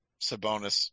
Sabonis